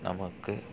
நமக்கு